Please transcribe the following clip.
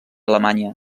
alemanya